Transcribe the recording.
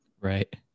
Right